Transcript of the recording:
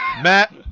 Matt